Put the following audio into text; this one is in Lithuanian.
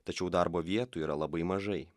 tačiau darbo vietų yra labai mažai